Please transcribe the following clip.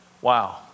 Wow